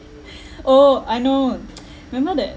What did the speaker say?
oh I know remember that